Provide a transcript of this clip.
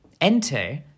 Enter